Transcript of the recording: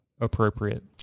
appropriate